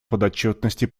подотчетности